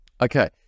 Okay